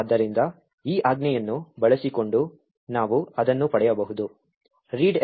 ಆದ್ದರಿಂದ ಈ ಆಜ್ಞೆಯನ್ನು ಬಳಸಿಕೊಂಡು ನಾವು ಅದನ್ನು ಪಡೆಯಬಹುದು readelf r libmylib